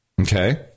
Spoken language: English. Okay